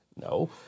No